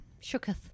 Shooketh